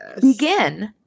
Begin